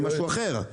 זה משהו אחר.